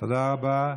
תודה רבה.